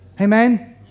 Amen